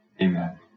Amen